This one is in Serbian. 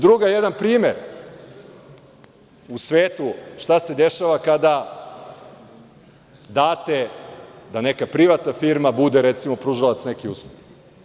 Drugo, jedan primer, u svetu šta se dešava kada date da neka privatna firma bude, recimo, pružalac neke usluge.